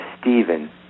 Stephen